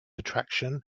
attraction